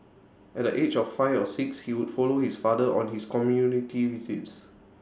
at the age of five or six he would follow his father on his community visits